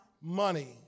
money